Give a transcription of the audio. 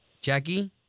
Jackie